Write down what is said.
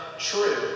true